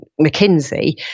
McKinsey